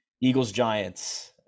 Eagles-Giants